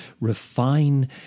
refine